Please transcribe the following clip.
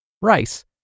rice